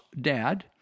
dad